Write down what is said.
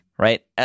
right